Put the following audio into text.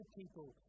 people